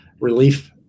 relief